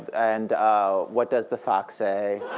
and ah what does the fox say.